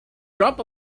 drop